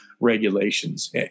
regulations